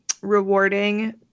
rewarding